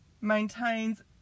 maintains